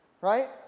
Right